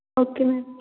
okay ma'am